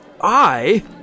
I